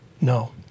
No